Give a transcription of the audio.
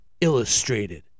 illustrated